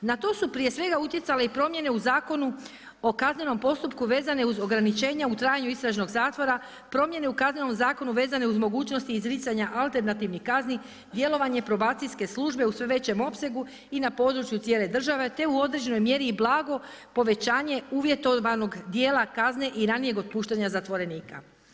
Na to su prije svega utjecale i promjene u Zakonu o kaznenom postupku vezane uz ograničenja u trajanju istražnog zatvora, promjene u Kaznenom zakonu vezane uz mogućnosti izricanja alternativnih kazni, djelovanje probacijske službe u sve većem opsegu i na području cijele države, te u određenoj mjeri i blago povećanje uvjetovanog dijela kazne i ranijeg otpuštanja zatvorenika.